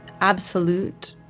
absolute